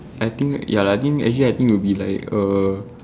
I think ya lah i think actually I think will be like err